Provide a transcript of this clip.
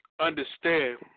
understand